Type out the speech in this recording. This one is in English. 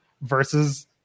versus